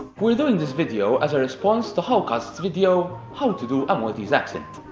we're doing this video as a response to howcast's video how to do a maltese accent.